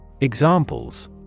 Examples